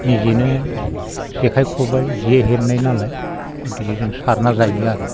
निजेनो जेखाइ खबाइ जे हेबनायनालाय गथिखे जों सारना जायो आरो